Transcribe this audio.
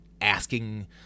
asking